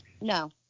No